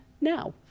now